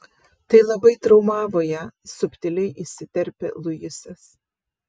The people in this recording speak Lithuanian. tai labai traumavo ją subtiliai įsiterpia luisas